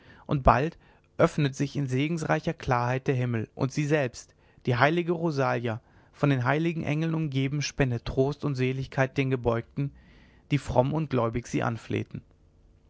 und bald öffnet sich in segensreicher klarheit der himmel und sie selbst die heilige rosalia von den heiligen engeln umgeben spendet trost und seligkeit den gebeugten die fromm und gläubig sie anflehten